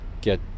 get